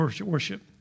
Worship